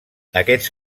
aquests